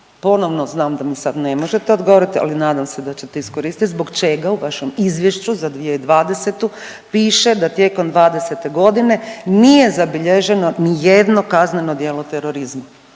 ponovno, znam da mi sad ne možete odgovoriti, ali nadam se da ćete iskoristit, zbog čega u vašem izvješću za 2020. piše da tijekom '20. g. nije zabilježeno nijedno kazneno djelo terorizma,